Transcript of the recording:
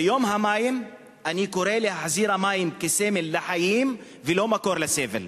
ביום המים אני קורא להחזיר את המים כסמל לחיים ולא כמקור לסבל.